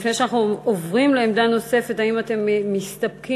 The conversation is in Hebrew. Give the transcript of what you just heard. לפני שאנחנו עוברים לעמדה נוספת, האם אתם מסתפקים